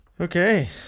Okay